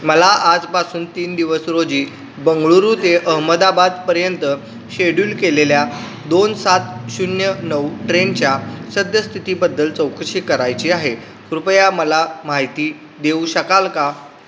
मला आजपासून तीन दिवस रोजी बंगळुरू ते अहमदाबादपर्यंत शेड्यूल केलेल्या दोन सात शून्य नऊ ट्रेनच्या सद्यस्थितीबद्दल चौकशी करायची आहे कृपया मला माहिती देऊ शकाल का